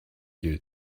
you